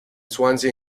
swansea